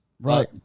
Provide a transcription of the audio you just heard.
right